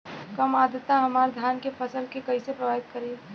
कम आद्रता हमार धान के फसल के कइसे प्रभावित करी?